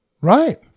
Right